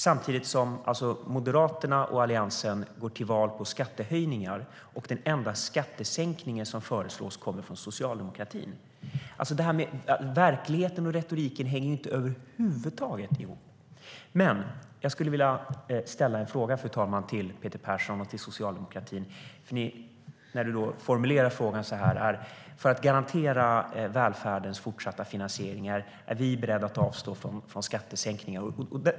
Samtidigt går Moderaterna och Alliansen till val på skattehöjningar, och den enda skattesänkning som föreslås kommer från socialdemokratin. Verkligheten och retoriken hänger över huvud taget inte ihop. Fru talman! Peter Persson frågar om vi för att garantera välfärdens fortsatta finansiering är beredda att avstå från skattesänkningar.